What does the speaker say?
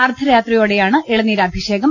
അർദ്ധരാത്രി യോടെയാണ് ഇളനീരഭിഷേകം